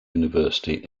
university